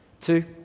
Two